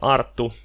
Arttu